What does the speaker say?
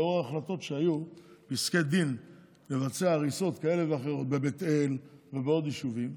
לנוכח החלטות ופסקי דין לבצע הריסות כאלה ואחרות בבית אל ובעוד יישובים,